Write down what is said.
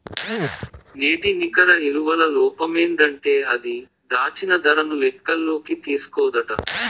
నేటి నికర ఇలువల లోపమేందంటే అది, దాచిన దరను లెక్కల్లోకి తీస్కోదట